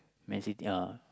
Man-City ah